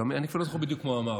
אני אפילו לא זוכר בדיוק מה הוא אמר,